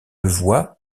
voit